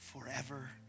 forever